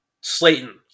Slayton